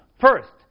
First